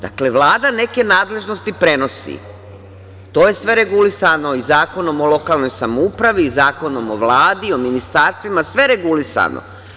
Dakle, Vlada neke nadležnosti prenosi, to je sve regulisano i Zakonom o lokalnoj samoupravi i Zakonom o Vladi, o ministarstvima, sve je regulisano.